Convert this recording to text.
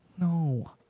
No